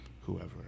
whoever